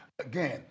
Again